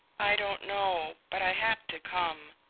i don't know but i had to come.